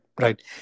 right